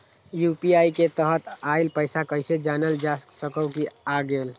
UPI के तहत आइल पैसा कईसे जानल जा सकहु की आ गेल?